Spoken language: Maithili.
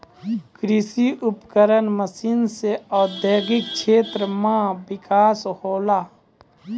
कृषि उपकरण मसीन सें औद्योगिक क्षेत्र म बिकास होलय